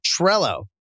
Trello